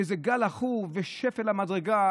שזה גל עכור ושזה שפל המדרגה,